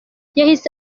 yahise